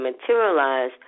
materialize